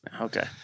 Okay